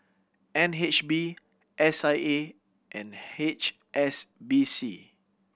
N H B S I A and H S B C